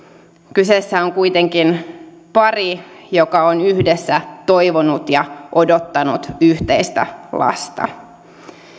kyseessä on kuitenkin pari joka on yhdessä toivonut ja odottanut yhteistä lasta